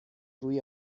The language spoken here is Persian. روی